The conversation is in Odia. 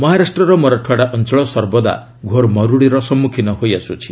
ମହାରାଷ୍ଟ୍ରର ମରାଠାୱାଡା ଅଞ୍ଚଳ ସର୍ବଦା ଘୋର୍ ମରୁଡ଼ିର ସମ୍ମୁଖୀନ ହୋଇଆସୁଛି